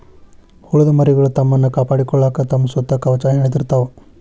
ಹುಳದ ಮರಿಗಳು ತಮ್ಮನ್ನ ಕಾಪಾಡಕೊಳಾಕ ತಮ್ಮ ಸುತ್ತ ಕವಚಾ ಹೆಣದಿರತಾವ